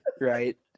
right